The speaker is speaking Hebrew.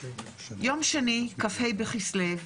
ביום שני, כ"ה בכסלו,